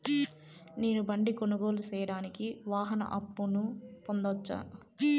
నేను బండి కొనుగోలు సేయడానికి వాహన అప్పును పొందవచ్చా?